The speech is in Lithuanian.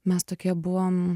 mes tokie buvom